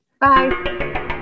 bye